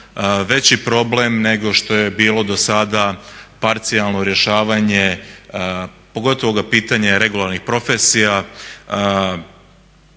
veći problem nego što je bilo do sada parcijalno rješavanje pogotovo pitanje regularnih profesija